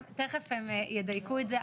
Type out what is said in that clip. תכף הן ידייקו את זה,